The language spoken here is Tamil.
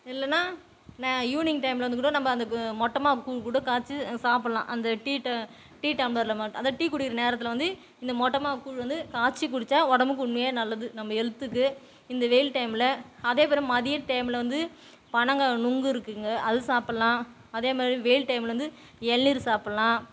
இல்லைன்னா ந ஈவினிங் டைமில் வந்து கூட நம்ம அந்த மொட்டை மாவு கூழ் கூட காய்ச்சி சாப்புடலாம் அந்த டீட் டைம் டீ டம்ளரில் மட் அதான் டீ குடிக்கிற நேரத்தில் வந்து இந்த மொட்டை மாவு கூழ் வந்து காய்ச்சி குடிச்சால் உடம்புக்கு உண்மையா நல்லது நம்ம ஹெல்த்துக்கு இந்த வெயில் டைமில் அதே மாதிரி மதிய டைமில் வந்து பனங்காய் நொங்கு இருக்குதுங்க அது சாப்பிடலாம் அதே மாதிரி வெயில் டைமில் வந்து இளநீர் சாப்பிடலாம்